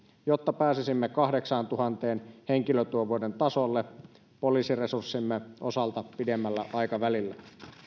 jotta pääsisimme kahdeksantuhannen henkilötyövuoden tasolle poliisiresurssimme osalta pidemmällä aikavälillä